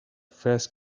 first